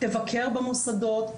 תבקר במוסדות,